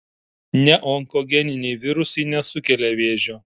neonkogeniniai virusai nesukelia vėžio